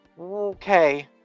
Okay